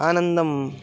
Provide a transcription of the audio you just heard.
आनन्दम्